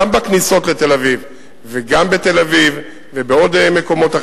גם בכניסות לתל-אביב וגם בתל-אביב ובעוד מקומות.